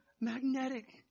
magnetic